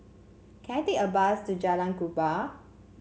can I take a bus to Jalan Kupang